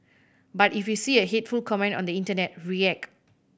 but if you see a hateful comment on the internet react